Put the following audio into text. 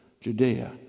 Judea